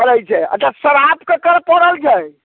पड़ैत छै अछा श्राप केकर र पड़ल छै